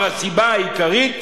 הסיבה העיקרית